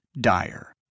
dire